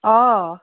অ